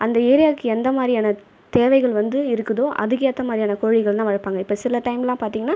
அந்த ஏரியாவுக்கு எந்த மாதிரியான தேவைகள் வந்து இருக்குதோ அதுக்கு ஏற்ற மாதிரியான கோழிகள்லாம் வளர்ப்பாங்க இப்போ சில டைம்லாம் பார்த்திங்கன்னா